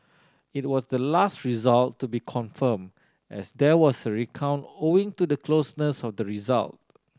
it was the last result to be confirmed as there was a recount owing to the closeness of the result